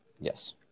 Yes